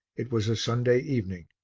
it was a sunday evening.